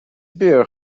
beer